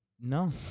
no